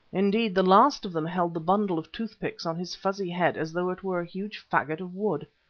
indeed the last of them held the bundle of toothpicks on his fuzzy head as though it were a huge faggot of wood.